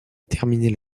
terminer